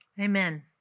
Amen